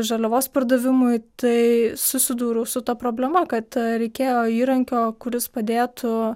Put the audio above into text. žaliavos pardavimui tai susidūriau su ta problema kad reikėjo įrankio kuris padėtų